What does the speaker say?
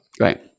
right